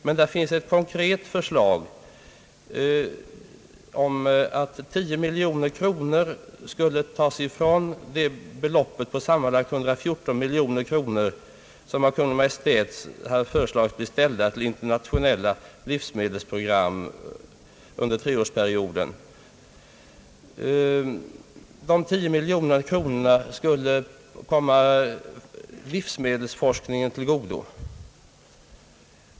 Men där finns ett konkret förslag att 10 miljoner kronor skall tas från de sammanlagt 114 miljoner kronor som Kungl. Maj:t föreslagit till det internationella livsmedelsprogrammet under den aktuella treårsperioden. Dessa 10 miljoner skulle komma livsmedelsforskningen till godo.